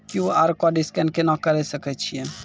QR code scan केना करै सकय छियै?